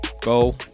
Go